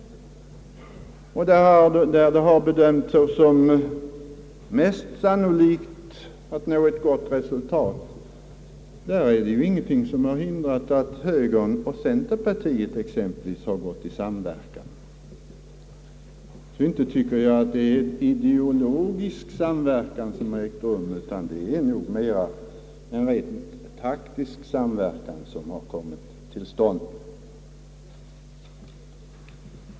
Där man har bedömt det som mest sannolikt att ett gott resultat skulle kunna uppnås, har det inte varit någonting som hindrat att exempelvis högern och centerpartiet samverkat. Jag tycker därför inte att det är någon ideologisk samverkan som har ägt rum, utan att det nog mera varit en rent taktisk samverkan som har kommit till stånd.